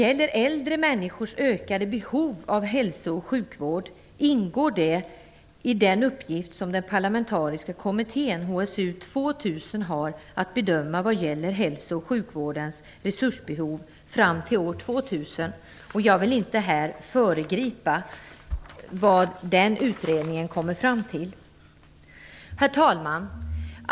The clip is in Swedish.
Äldre människors ökade behov av hälso och sjukvård ingår i den uppgift som den parlamentariska kommittén HSU 2000 har att bedöma vad gäller hälso och sjukvårdens resursbehov fram till år 2000. Jag vill inte här föregripa vad den utredningen kommer fram till. Herr talman!